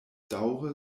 daŭre